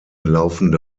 laufende